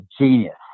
genius